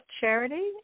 charity